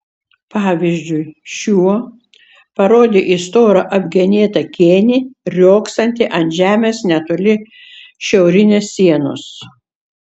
pavyzdžiui šiuo parodė į storą apgenėtą kėnį riogsantį ant žemės netoli šiaurinės sienos